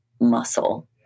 muscle